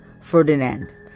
Ferdinand